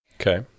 Okay